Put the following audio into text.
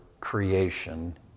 creation